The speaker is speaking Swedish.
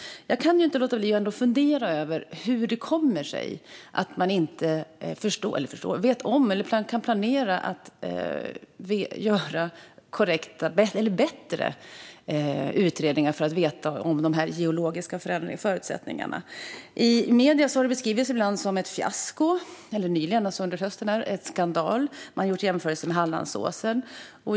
Jag kan ändå inte låta bli att fundera över hur det kommer sig att man inte vet om eller kan planera för bättre utredningar av de geologiska förutsättningarna. I medierna har det ibland - nyligen, nu under hösten - beskrivits som ett fiasko och en skandal. Man har gjort jämförelser med Hallandsåsen.